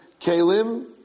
kalim